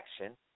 action